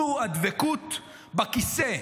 זו הדבקות בכיסא.